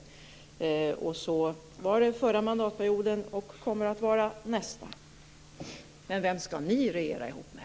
Så var det den förra mandatperioden, och så kommer det att vara nästa. Men vem skall ni regera ihop med?